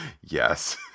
Yes